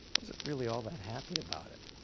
wasn't really all that happy about it.